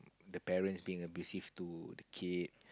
the parents being abusive to the kid